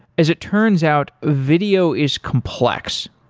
as it turns out, video is complex.